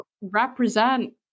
represent